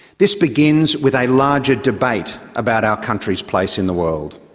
this begins with a larger debate about our country's place in the world.